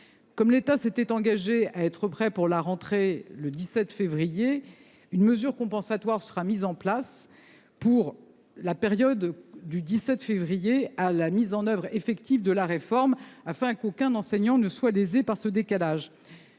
Comme l’État s’était engagé à être prêt pour la rentrée du 17 février dernier, une mesure compensatoire sera mise en place pour la période allant de cette date à l’entrée en vigueur effective de la réforme, afin qu’aucun enseignant ne soit lésé par ce décalage.